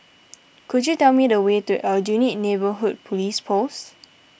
could you tell me the way to Aljunied Neighbourhood Police Post